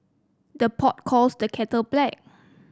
the pot calls the kettle black